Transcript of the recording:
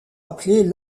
appelés